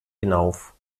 hinauf